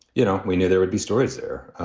you know, we knew there would be stories there.